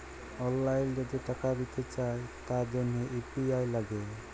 অললাইল যদি টাকা দিতে চায় তার জনহ ইউ.পি.আই লাগে